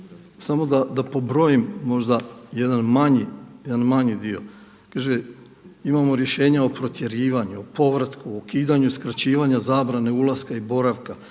Samo da pobrojim jedan manji dio, kaže imamo rješenja o protjerivanju, o povratku, o ukidanju skraćivanja zabrane ulaska i boravka,